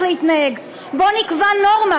בואו נקבע נורמה.